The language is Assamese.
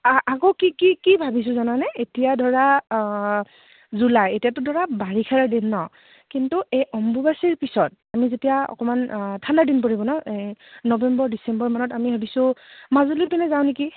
আকৌ কি কি কি ভাবিছোঁ জানানে এতিয়া ধৰা জুলাই এতিয়াতো ধৰা বাৰিষাৰে দিন নহ্ কিন্তু এই অম্বুবছীৰ পিছত আমি যেতিয়া অকমান ঠাণ্ডা দিন পৰিব নহ্ নৱেম্বৰ ডিচেম্বৰ মানত আমি ভাবিছোঁ মাজুলী পিনে যাওঁ নেকি